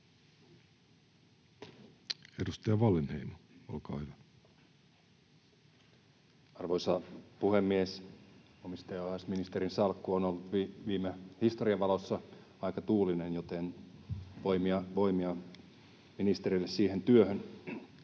2024 Time: 14:43 Content: Arvoisa puhemies! Omistajaohjausministerin salkku on ollut historian valossa aika tuulinen, joten voimia ministerille siihen työhön.